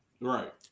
right